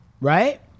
Right